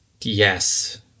yes